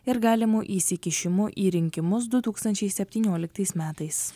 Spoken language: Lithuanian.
ir galimu įsikišimu į rinkimus du tūkstančiai septynioliktais metais